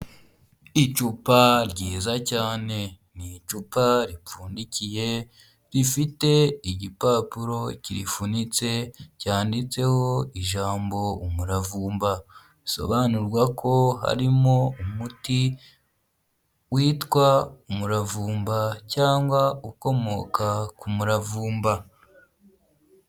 Icupa ryiza cyane, ni icupa ripfundikiye rifite igipapuro kirifunitse cyanditseho ijambo umuravumba. Bisobanurwa ko harimo umuti witwa umuravumba cyangwa ukomoka ku muravumba.